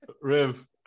Riv